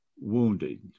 wounded